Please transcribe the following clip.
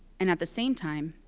and at the same time,